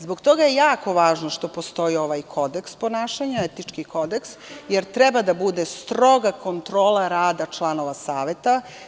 Zbog toga je jako važno što postoji ovaj etički kodeks ponašanja, jer treba da bude stroga kontrola rada članova saveta.